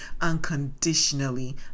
unconditionally